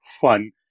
fun